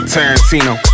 Tarantino